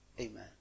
Amen